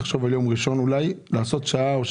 אולי תחשוב על יום ראשון לקיים דיון